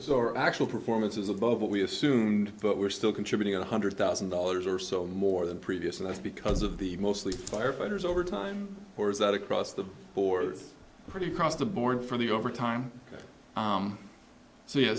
so our actual performance is above what we assumed but we're still contributing one hundred thousand dollars or so more than previous and that's because of the mostly firefighters over time or is that across the board pretty across the board for the overtime